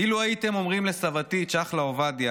אילו הייתם אומרים לסבתי צ'חלה עובדיה,